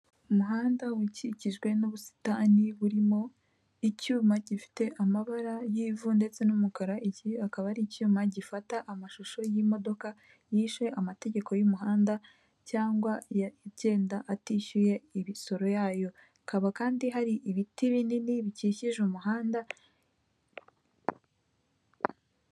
Umuhanda ukikijwe n'ubusitani burimo icyuma gifite amabara y'ivu ndetse n'umukara, iki akaba ari icyuma gifata amashusho y'imodoka yishe amategeko y'umuhanda, cyangwa igenda atishyuye imisoro yayo. Hakaba kandi hari ibiti binini bikikije umuhanda.